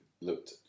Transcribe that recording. looked